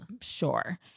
sure